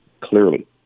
clearly